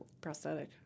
prosthetic